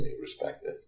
respected